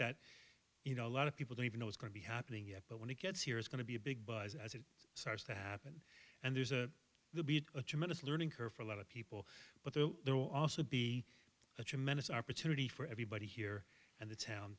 that you know a lot of people don't even know it's going to be happening yet but when he gets here is going to be a big buzz as it starts to happen and there's a the be a tremendous learning curve for a lot of people but the there will also be a tremendous opportunity for everybody here and the town